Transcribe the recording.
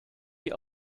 die